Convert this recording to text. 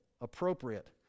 appropriate